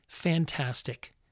fantastic